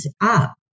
up